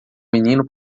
menino